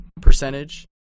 percentage